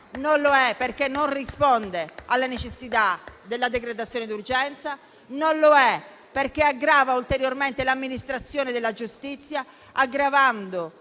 Non lo è, perché non risponde alla necessità della decretazione d'urgenza; non lo è, perché aggrava ulteriormente l'amministrazione della giustizia e